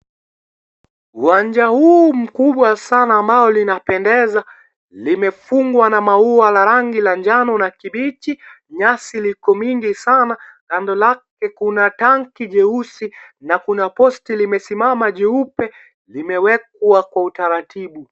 Uwanja huu mkubwa sana ambao linapendeza limefungwa na maua la rangi ya njano na kibichi . Nyasi liko mingi sana, kando lake kuna tanki vyeusibna kuna posti limesimama jeupe limewekwa Kwa utaratibu.